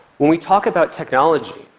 when we talk about technology,